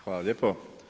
Hvala lijepo.